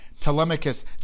Telemachus